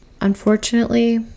Unfortunately